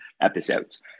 episodes